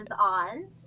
on